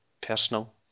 personal